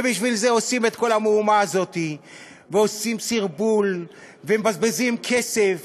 ובשביל זה עושים את כל המהומה הזאת ועושים סרבול ומבזבזים כסף.